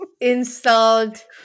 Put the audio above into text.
insult